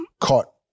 caught